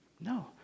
No